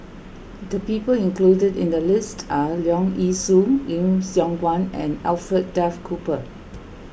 the people included in the list are Leong Yee Soo Lim Siong Guan and Alfred Duff Cooper